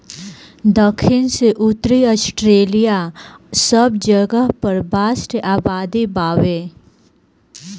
दखिन से उत्तरी ऑस्ट्रेलिआ सब जगह पर बांस के आबादी बावे